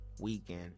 weekend